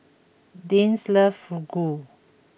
Deeann loves Fugu